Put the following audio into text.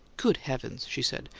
good heavens! she said.